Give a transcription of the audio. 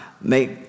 make